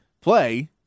play